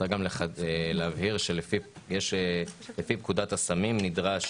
צריך גם להבהיר שלפי פקודת הסמים נדרש